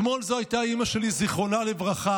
אתמול זאת הייתה אימא שלי, זיכרונה לברכה,